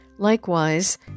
Likewise